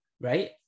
right